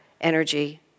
energy